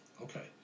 Okay